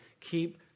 keep